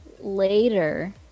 Later